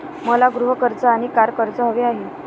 मला गृह कर्ज आणि कार कर्ज हवे आहे